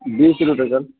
بیس روپے سر